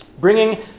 bringing